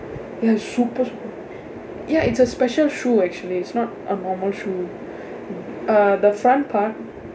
ya it's super super ya it's a special shoe actually it's not a normal shoe uh the front part